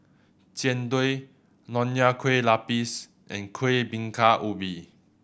Jian Dui Nonya Kueh Lapis and Kueh Bingka Ubi